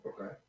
Okay